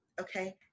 okay